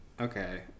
Okay